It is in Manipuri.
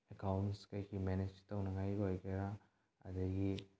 ꯑꯦꯛꯀꯥꯎꯟ ꯀꯔꯤ ꯀꯔꯤ ꯃꯦꯅꯦꯖ ꯇꯧꯅꯉꯥꯏꯒꯤ ꯑꯣꯏꯒꯦꯔꯥ ꯑꯗꯒꯤ